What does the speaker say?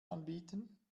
anbieten